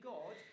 God